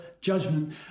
judgment